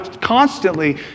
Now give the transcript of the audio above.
constantly